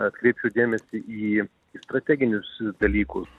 atkreipčiau dėmesį į į strateginius dalykus